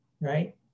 right